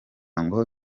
ngo